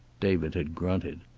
david had grunted.